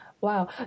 Wow